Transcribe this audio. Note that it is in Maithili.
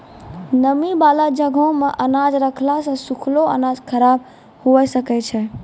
नमी बाला जगहो मे अनाज रखला से सुखलो अनाज खराब हुए सकै छै